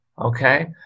Okay